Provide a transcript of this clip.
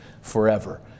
forever